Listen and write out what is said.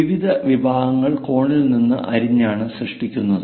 വിവിധ വിഭാഗങ്ങൾ കോണിൽ നിന്ന് അരിഞ്ഞാണ് സൃഷ്ടിക്കുന്നത്